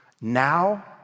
Now